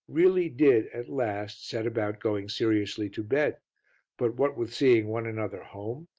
really did at last set about going seriously to bed but what with seeing one another home,